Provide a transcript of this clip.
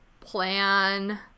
plan